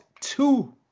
two